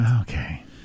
Okay